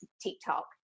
tiktok